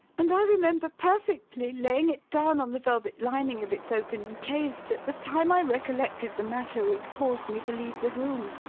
and i remember perfectly, laying it down on the velvet lining of its open case at the time i recollected the matter which caused me to leave the room.